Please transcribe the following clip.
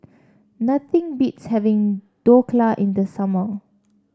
nothing beats having Dhokla in the summer